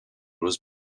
was